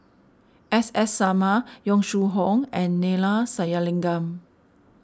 S S Sarma Yong Shu Hoong and Neila Sathyalingam